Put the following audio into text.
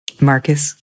Marcus